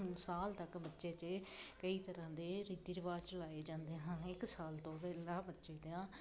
ਸਾਲ ਤੱਕ ਬੱਚੇ ਜੇ ਕਈ ਤਰ੍ਹਾਂ ਦੇ ਰੀਤੀ ਰਿਵਾਜ਼ ਚਲਾਏ ਜਾਂਦੇ ਹਨ ਇੱਕ ਸਾਲ ਤੋਂ ਪਹਿਲਾਂ ਬੱਚੇ ਦਾ